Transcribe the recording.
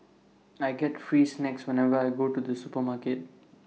I get free snacks whenever I go to the supermarket